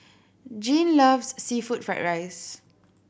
Jean loves seafood fried rice